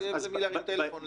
שיהיה למי להרים טלפון,